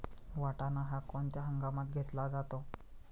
वाटाणा हा कोणत्या हंगामात घेतला जातो?